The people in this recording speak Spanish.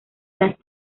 las